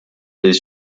est